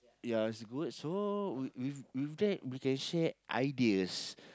ya it's good so with with with that we can share ideas